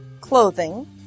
clothing